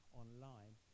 online